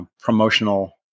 promotional